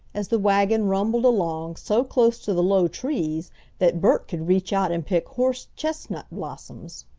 as the wagon rumbled along so close to the low trees that bert could reach out and pick horse-chestnut blossoms.